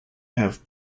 have